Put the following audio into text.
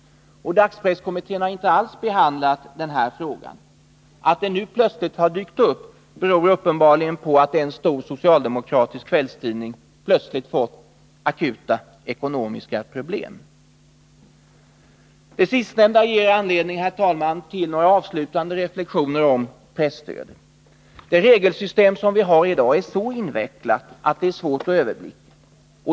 Dagspresskommittén har inte alls behandlat den frågan. Att frågan nu plötsligt har dykt upp beror uppenbarligen på att en stor socialdemokratisk kvällstidning fått akuta ekonomiska problem. Det sistnämnda ger mig anledning, herr talman, till några avslutande reflexioner om presstödet. Det regelsystem som vi har i dag är så invecklat att det är svårt att överblicka.